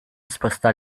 risposta